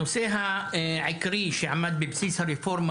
הנושא העיקרי שעמד בבסיס הרפורמה